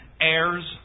heirs